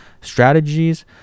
strategies